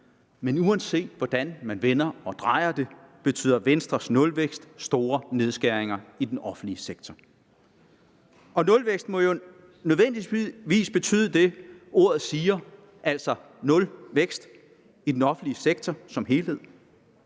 men uanset hvordan man vender og drejer det, betyder Venstres nulvækst store nedskæringer i den offentlige sektor. Nulvækst må jo nødvendigvis betyde det, ordet siger, nemlig nul vækst i den offentlige sektor som helhed,